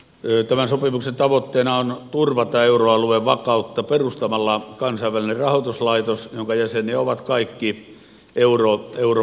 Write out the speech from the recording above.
tämän sopimuksen tavoitteena on turvata euroalueen vakautta perustamalla kansainvälinen rahoituslaitos jonka jäseniä ovat kaikki euromaat